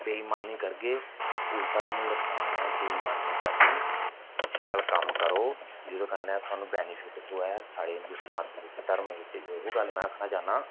बेइमानी करगे उल्टा सानूं नकसान ऐ बेइमानी नेईं करनी शैल कम्म करो जेह्दे कन्नै थुआनू बैनीफिट थ्होऐ साढ़े हिन्दू समाज दे बिच्च धर्म दे बिच्च ओह् गल्ल में आखना चाह्न्नां